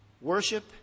Worship